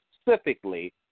specifically